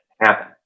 happen